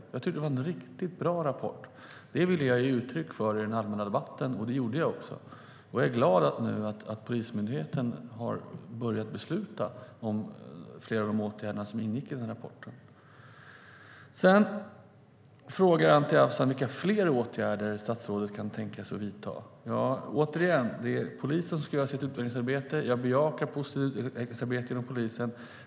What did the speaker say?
Jag tycker att det var en riktigt bra rapport. Det ville jag ge uttryck för i den allmänna debatten, och det gjorde jag också. Jag är glad att Polismyndigheten nu har börjat besluta om flera av de åtgärder som ingick i rapporten. Sedan frågar Anti Avsan vilka fler åtgärder statsrådet kan tänka sig att vidta. Återigen: Det är polisen som ska göra sitt utvecklingsarbete, och jag bejakar ett positivt utvecklingsarbete inom polisen.